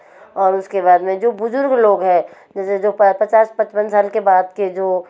और उसके बाद में जो बुज़ुर्ग लोग हैं जैसे जो पचास पचपन साल के बाद के जो